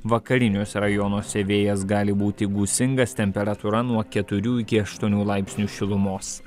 vakariniuose rajonuose vėjas gali būti gūsingas temperatūra nuo keturių iki aštuonių laipsnių šilumos